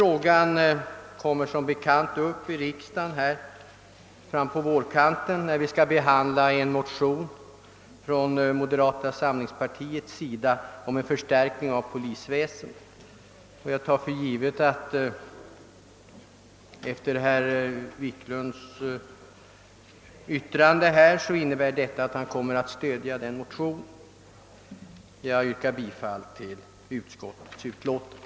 Moderata samlingspartiet har under våren behandlat en motion om en förstärkning av polisväsendet. Jag tar för givet att herr Wiklund stödde denna motion. Jag yrkar bifall till utskottets hemställan.